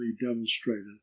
demonstrated